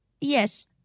Yes